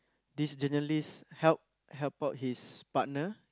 this journalist help help out his partner